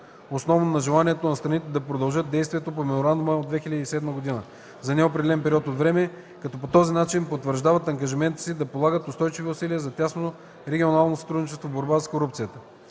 основно на желанието на страните да продължат действието на Меморандума от 2007 г. за неопределен период от време, като по този начин потвърждават ангажимента си да полагат устойчиви усилия за тясно регионално сътрудничество в борбата с корупцията.